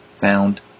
found